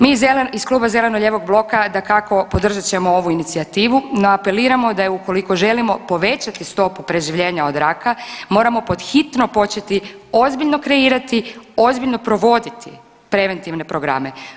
Mi iz kluba Zeleno-lijevog bloka dakako podržat ćemo ovu inicijativu, no apeliramo da u koliko želimo povećati stopu preživljenja od raka moramo pod hitno početi ozbiljno kreirati, ozbiljno provoditi preventivne programe.